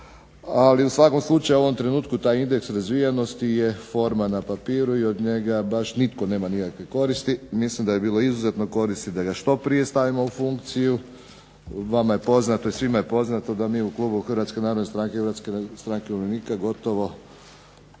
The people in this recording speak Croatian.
Ali u svakom slučaju u ovom trenutku taj indeks razvijenosti je forma na papiru i od njega baš nitko nema nikakve koristi. Mislim da bi bilo izuzetno koristi da ga što prije stavimo u funkciju. Vama je poznato i svima je poznato da mi u klubu Hrvatske narodne stranke, Hrvatske stranke umirovljenika gotovo